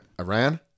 Iran